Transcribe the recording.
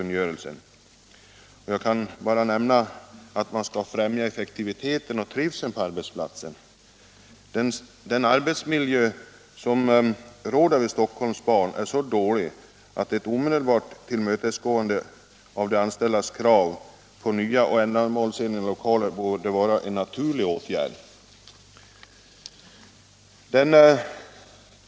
Jag kan bara nämna att man enligt kungörelsen skall främja effektiviteten och trivseln på arbetsplatsen. Den arbetsmiljö som råder vid Stockholm Ban är så dålig, att ett omedelbart tillmötesgående av de anställdas krav på nya och ändamålsenliga lokaler borde vara en naturlig åtgärd.